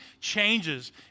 changes